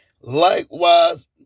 Likewise